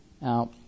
Now